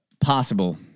possible